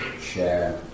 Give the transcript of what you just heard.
share